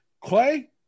Clay